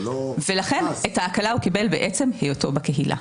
לכן את ההקלה הוא קיבל בעצם היותו בקהילה.